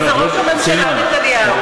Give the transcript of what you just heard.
וזה ראש הממשלה נתניהו.